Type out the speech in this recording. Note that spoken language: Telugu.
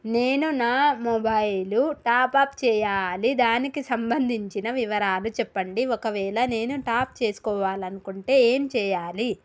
నేను నా మొబైలు టాప్ అప్ చేయాలి దానికి సంబంధించిన వివరాలు చెప్పండి ఒకవేళ నేను టాప్ చేసుకోవాలనుకుంటే ఏం చేయాలి?